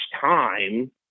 time